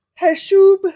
Heshub